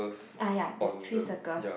ah ya there's three circles